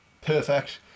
perfect